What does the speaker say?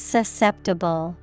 Susceptible